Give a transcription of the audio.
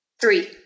Three